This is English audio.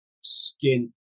skin